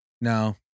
No